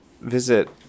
visit